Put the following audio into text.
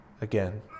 again